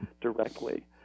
directly